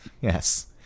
Yes